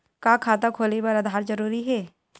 का खाता खोले बर आधार जरूरी हे?